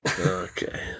Okay